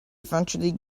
eventually